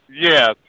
Yes